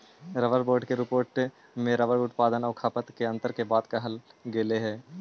rubber board के report में rubber उत्पादन आउ खपत में अन्तर के बात कहल गेलइ हे